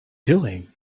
doing